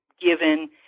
given